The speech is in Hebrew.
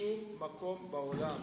בשום מקום בעולם